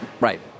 right